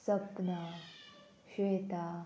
Sapna Shweta